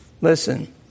Listen